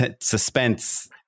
suspense